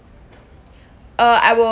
uh I wi~